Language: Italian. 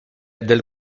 del